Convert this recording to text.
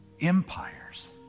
empires